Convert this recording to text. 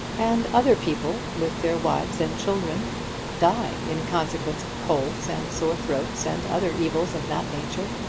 and other people with their wives and children die in consequence of colds and sore throats and other evils of that nature.